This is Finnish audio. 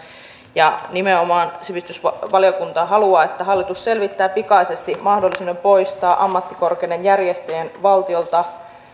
ja nimenomaan sivistysvaliokunta haluaa että hallitus selvittää pikaisesti mahdollisuuden poistaa ammattikorkeakoulutuksen järjestäjien valtiolta